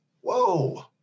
whoa